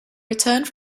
returned